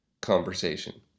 conversation